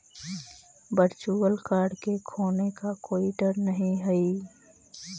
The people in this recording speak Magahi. वर्चुअल कार्ड के खोने का कोई डर न हई